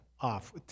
off